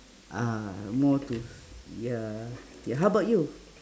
uh more to ya ya how about you